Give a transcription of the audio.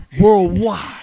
Worldwide